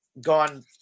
gone –